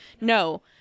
no